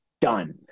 Done